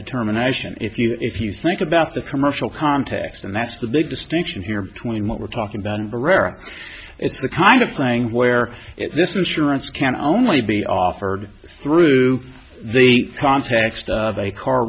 determination if you if you think about the commercial context and that's the big distinction here between what we're talking about a rare it's the kind of thing where this insurance can only be offered through the context of a car